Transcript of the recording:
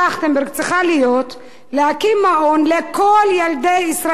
להיות להקים מעון לכל ילדי ישראל בכנסת.